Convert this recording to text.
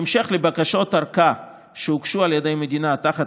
בהמשך לבקשות ארכה שהוגשו על ידי המדינה תחת